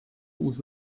uus